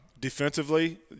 Defensively